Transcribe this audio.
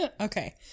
Okay